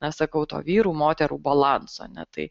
na sakau to vyrų moterų balanso ne tai